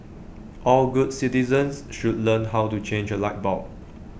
all good citizens should learn how to change A light bulb